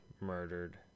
murdered